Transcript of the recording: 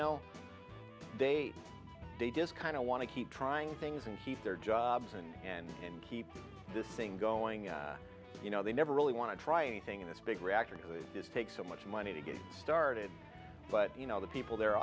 know they just kind of want to keep trying things and keep their jobs and and and keep this thing going you know they never really want to try to think in this big reactor which is take so much money to get started but you know the people there